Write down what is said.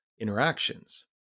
interactions